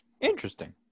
Interesting